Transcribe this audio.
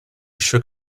shook